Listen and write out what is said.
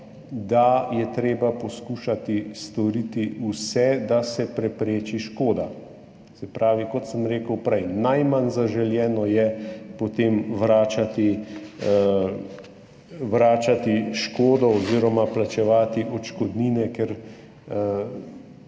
da je treba poskušati storiti vse, da se prepreči škoda. Se pravi, kot sem rekel prej, najmanj zaželeno je potem vračati škodo oziroma plačevati odškodnine, ker